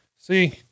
See